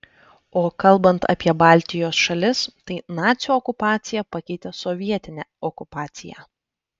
o kalbant apie baltijos šalis tai nacių okupacija pakeitė sovietinę okupaciją